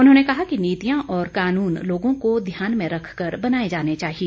उन्होंने कहा कि नीतियां और कानून लोगों को ध्यान में रख कर बनाए जाने चाहिए